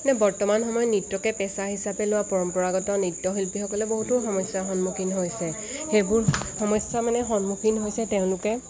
এই বৰ্তমান সময়ত নৃত্যকে পেচা হিচাপে লোৱা পৰম্পৰাগত নৃত্যশিল্পীসকলে বহুতো সমস্যাৰ সন্মুখীন হৈছে সেইবোৰ সমস্যা মানে সন্মুখীন হৈছে তেওঁলোকে